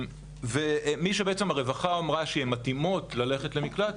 -- ומי שבעצם הרווחה אמרה שהן מתאימות ללכת למקלט,